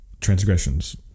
transgressions